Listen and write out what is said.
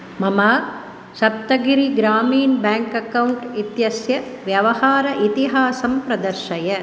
मम Saptagiri Grameen bank account इत्यस्य व्यवहार इतिहासं प्रदर्शय